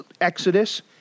Exodus